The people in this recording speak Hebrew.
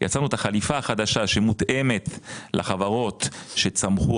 יצרנו את החליפה החדשה שמותאמת לחברות שצמחו,